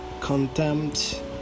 contempt